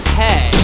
hey